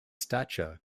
stature